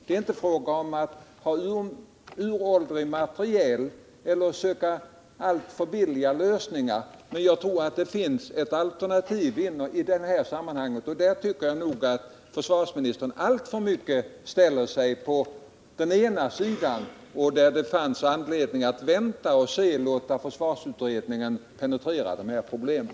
Det är inte fråga om att ha uråldrig materiel eller att söka alltför billiga lösningar, men jag tror att det i detta finns ett realistiskt alternativ. Här tycker jag att försvarsministern alltför mycket ställer sig på den ena sidan. Det finns anledning att vänta tills försvarsutredningen har penetrerat de här problemen.